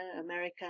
America